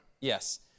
Yes